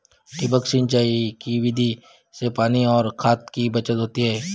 ठिबक सिंचाई की विधि से पानी और खाद की बचत होती है